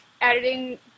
editing